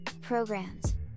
programs